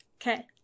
Okay